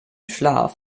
schlaf